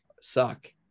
suck